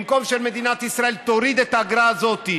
במקום שמדינת ישראל תוריד את האגרה הזאת,